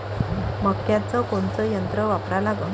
मक्याचं कोनचं यंत्र वापरा लागन?